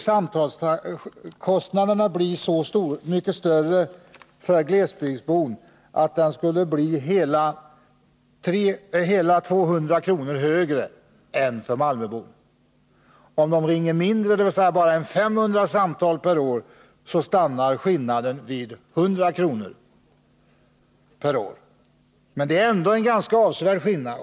Samtalkostnaden för glesbygdsbon skulle bli hela 200 kr. högre än för malmöbon. Om de ringer färre samtal, kanske bara 500 samtal per år, stannar skillnaden vid 100 kr. per år, men det är ändå en ganska avsevärd skillnad.